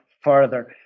further